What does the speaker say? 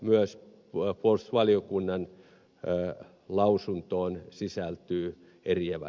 myös puolustusvaliokunnan lausuntoon sisältyy eriävä